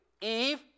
Eve